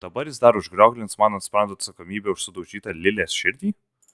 dabar jis dar užrioglins man ant sprando atsakomybę už sudaužytą lilės širdį